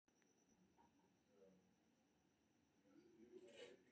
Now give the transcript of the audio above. मुर्गी पालन सं कम समय मे बेसी मुनाफा कमाएल जा सकैए